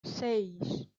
seis